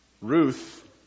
Ruth